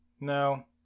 no